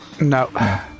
No